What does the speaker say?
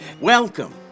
Welcome